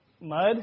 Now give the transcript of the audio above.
mud